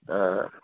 तऽ